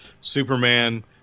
Superman